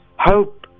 hope